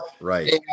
Right